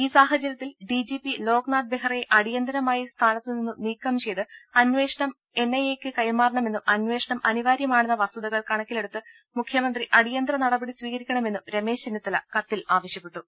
ഈ സാഹചര്യത്തിൽ ഡിജിപി ലോക്നാഥ് ബെഹ്റയെ അടിയന്തരമായി സ്ഥാനത്തുനിന്നും നീക്കം ചെയ്ത് അന്വേഷണം എൻഐഎക്ക് കൈമാറണമെന്നും അന്വേഷണം അനിവാര്യമാ ണെന്ന വസ്തുതകൾ കണക്കിലെടുത്ത് മുഖ്യമന്ത്രി അടിയന്തര നടപടി സ്വീകരിക്കണമെന്നും രമേശ് ചെന്നിത്തല കത്തിൽ ആവശ്യപ്പെട്ടു